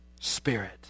spirit